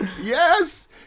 Yes